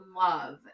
love